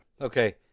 Okay